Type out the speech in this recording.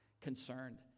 concerned